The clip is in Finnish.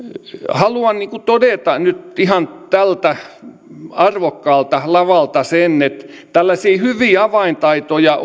haluan todeta nyt ihan tältä arvokkaalta lavalta sen että tällaisia hyviä avaintaitoja